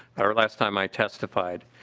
were last time i testified.